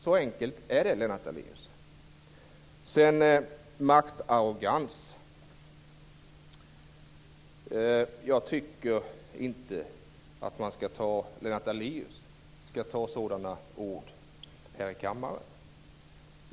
Så enkelt är det, Lennart Daléus. Jag tycker inte att Lennart Daléus skall ta sådana ord som maktarrogans i sin mun i kammaren.